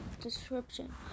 Description